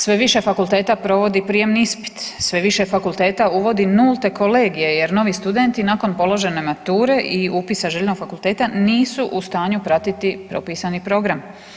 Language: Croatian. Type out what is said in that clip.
Sve više fakulteta provodi prijemni ispit, sve više fakulteta uvodi nulte kolegije jer novi studenti nakon položene mature i upisa željenog fakulteta nisu u stanju pratiti propisani program.